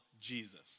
Jesus